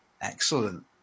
Excellent